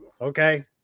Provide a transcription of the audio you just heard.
okay